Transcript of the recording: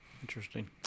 Interesting